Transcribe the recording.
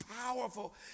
powerful